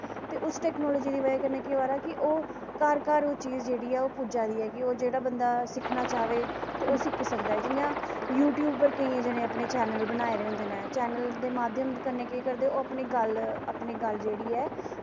ते उस टैकनॉलजी दी बज़ह कन्नै केह् होआ दा कि ओह् घर घर चीज़ पुज्जा दी ऐ जेह्ड़ा बंदा सिक्खना चांह्दा ओह् सिक्खी सकदा जि'यां यूटयूब पर केंइयैं बंदै अपने यूटयूब चैन्नल बनाए दे होंदे न चैन्नल दे माध्यम कन्नै ओह् केह् करदे अपनी गल्ल अपनी गल्ल जेह्ड़ी ऐ